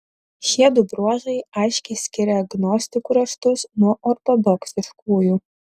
šiedu bruožai aiškiai skiria gnostikų raštus nuo ortodoksiškųjų